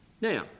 Now